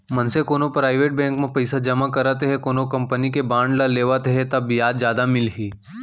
मनसे कोनो private bank म पइसा जमा करत हे कोनो कंपनी के बांड ल लेवत हे ता बियाज जादा मिलही